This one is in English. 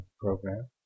program